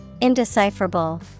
Indecipherable